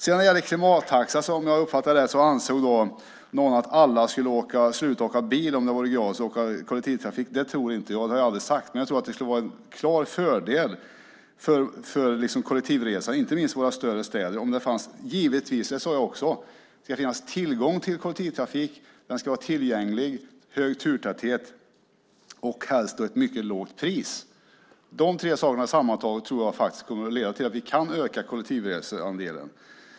När det gäller klimattaxa sade någon att alla skulle sluta åka bil om kollektivtrafiken var gratis. Det tror inte jag. Det har jag aldrig sagt. Men jag tror att det vore en klar fördel för kollektivresandet, inte minst i våra större städer. Som jag också sade ska det finnas tillgång till kollektivtrafik, den ska ha hög turtäthet och helst ett mycket lågt pris. De tre sakerna tror jag kommer att leda till att vi kan öka kollektivreseandelen.